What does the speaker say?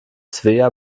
svea